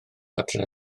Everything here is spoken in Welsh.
adre